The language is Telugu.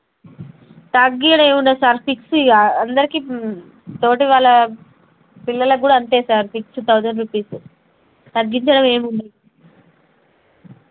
తగ్గేదెమీ ఉండదు సార్ ఫిక్స్ ఇక అందరికీ తోటి వాళ్ళ పిల్లలకి కూడా అంతే సార్ ఫిక్స్ థౌజండ్ రూపీస్ తగ్గించడం ఏం ఉండదు